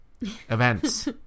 events